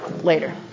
later